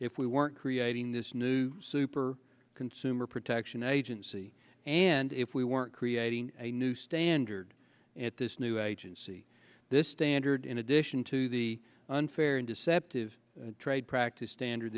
if we weren't creating this new super consumer protection agency and if we weren't creating a new standard at this new agency this standard in addition to the unfair and deceptive trade practice standard